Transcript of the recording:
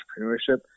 entrepreneurship